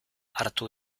hartu